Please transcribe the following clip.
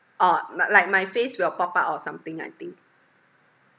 orh like like my face will pop up or something I think